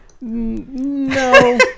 No